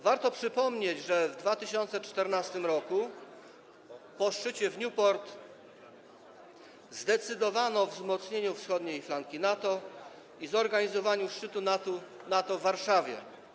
Warto przypomnieć, że w 2014 r. po szczycie w Newport zdecydowano o wzmocnieniu wschodniej flanki NATO i zorganizowaniu szczytu NATO w Warszawie.